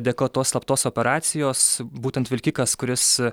dėka tos slaptos operacijos būtent vilkikas kuris